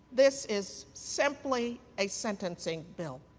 this is simply a sentencing bill.